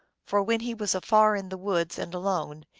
for, when he was afar in the woods, and alone,